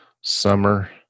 summer